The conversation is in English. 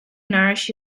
nourish